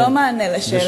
זה לא מענה על שאלה.